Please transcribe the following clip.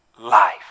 life